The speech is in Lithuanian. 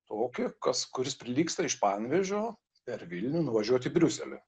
tokį kas kuris prilygsta iš panevėžio per vilnių nuvažiuot į briuselį